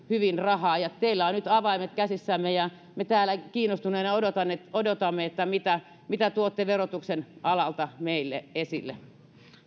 hyvin rahaa teillä on nyt avaimet käsissänne ja me täällä kiinnostuneena odotamme mitä mitä tuotte verotuksen alalta meille esille